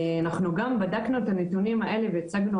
אנחנו גם בדקנו את הנתונים האלה והצגנו